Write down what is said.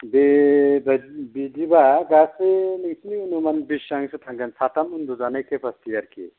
बे बाय बेदिबा गासै नोंसिनि उनुमान बेसेबांसो थांगोन साथामसो उनदुजानाय केपासिटि आरोखि